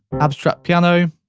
abstract piano.